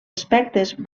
aspectes